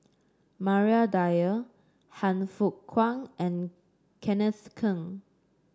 Maria Dyer Han Fook Kwang and Kenneth Keng